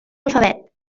alfabet